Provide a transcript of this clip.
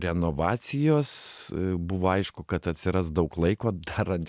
renovacijos buvo aišku kad atsiras daug laiko darant